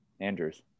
Andrews